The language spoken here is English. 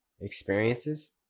experiences